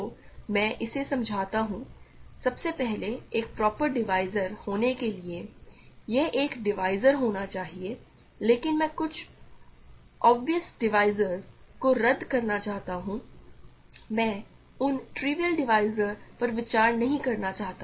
तो मैं इसे समझाता हूं सबसे पहले एक प्रॉपर डिवीज़र होने के लिए यह एक डिवीज़र होना चाहिए लेकिन मैं कुछ ऑब्वियस डिवीज़रस को रद्द करना चाहता हूं मैं उन ट्रिविअल डिवीज़रस पर विचार नहीं करना चाहता